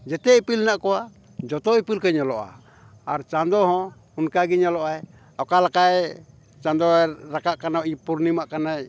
ᱡᱚᱛᱚ ᱤᱯᱤᱞ ᱦᱮᱱᱟᱜ ᱠᱚᱣᱟ ᱡᱚᱛᱚ ᱤᱯᱤᱞ ᱠᱚ ᱧᱮᱞᱚᱜᱼᱟ ᱟᱨ ᱪᱟᱸᱫᱚ ᱦᱚᱸ ᱚᱱᱠᱟ ᱜᱮ ᱧᱮᱞᱚᱜ ᱟᱭ ᱚᱠᱟᱞᱮᱠᱟᱭ ᱪᱟᱸᱫᱚᱭ ᱨᱟᱠᱟᱵ ᱠᱟᱱᱟᱭ ᱯᱩᱨᱱᱤᱢᱟᱜ ᱠᱟᱱᱟᱭ